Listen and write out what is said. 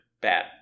Bad